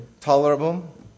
tolerable